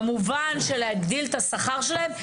כמובן שלהגדיל את השכר שלהן.